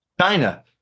China